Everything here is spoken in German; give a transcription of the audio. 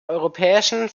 europäischen